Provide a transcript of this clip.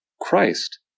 Christ